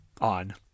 on